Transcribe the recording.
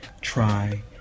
try